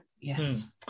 Yes